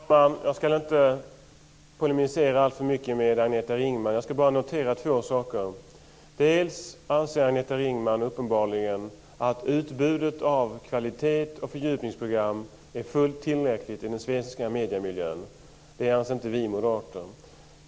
Herr talman! Jag skall inte polemisera alltför mycket med Agneta Ringman. Jag skall bara notera två saker: Dels anser Agneta Ringman uppenbarligen att utbudet av kvalitet och fördjupningsprogram är fullt tillräckligt i den svenska mediemiljön. Det anser inte vi moderater.